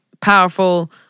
powerful